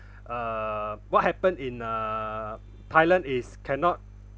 uh what happened in uh thailand is cannot